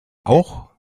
auch